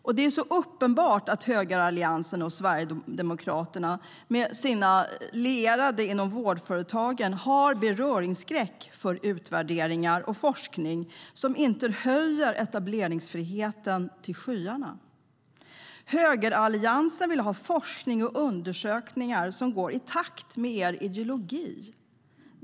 Det är uppenbart att högeralliansen och Sverigedemokraterna med sina lierade inom vårdföretagen har beröringsskräck för utvärderingar och forskning som inte höjer etableringsfriheten till skyarna. Högeralliansen vill ha forskning och undersökningar som går i takt med deras ideologi.